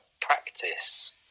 practice